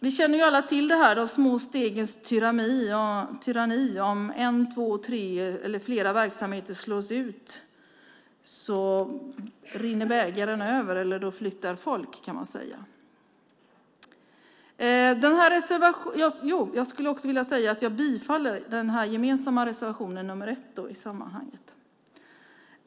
Vi känner alla till de små stegens tyranni, om en, två, tre eller flera verksamheter slås ut rinner bägaren över, då flyttar folk, kan man säga. Jag skulle också vilja yrka bifall till den gemensamma reservationen, nr 1, i sammanhanget.